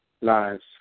lives